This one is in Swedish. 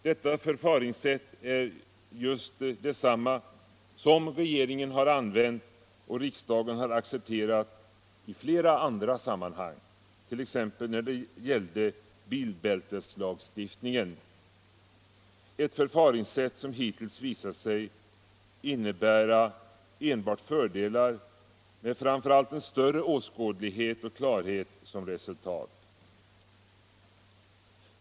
Detta förfaringssätt är detsamma som regeringen har använt och riksdagen har accepterat i flera andra sammanhang, t.ex. när det gällde bilbälteslagstiftningen, ett förfaringssätt som hittills har visat sig innebära endast fördelar med framför allt en större åskådlighet och klarhet som resultat.